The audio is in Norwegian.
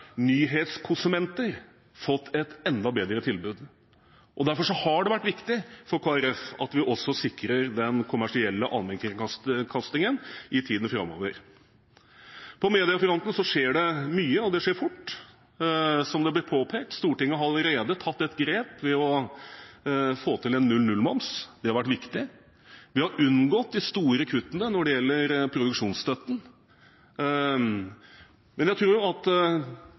nyhetskonsumenter fått et enda bedre tilbud. Derfor har det vært viktig for Kristelig Folkeparti at vi også sikrer den kommersielle allmennkringkastingen i tiden framover. På mediefronten skjer det mye, og det skjer fort, som det har blitt påpekt. Stortinget har allerede tatt et grep ved å få til en null-null-moms. Det har vært viktig. Vi har unngått de store kuttene når det gjelder produksjonsstøtten. Men jeg tror